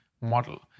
model